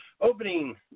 opening